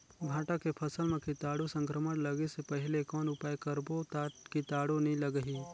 भांटा के फसल मां कीटाणु संक्रमण लगे से पहले कौन उपाय करबो ता कीटाणु नी लगही?